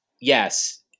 yes